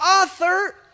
author